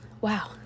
Wow